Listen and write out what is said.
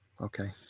Okay